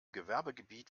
gewerbegebiet